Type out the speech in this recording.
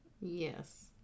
Yes